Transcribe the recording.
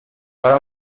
para